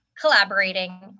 collaborating